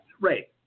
Right